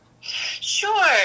Sure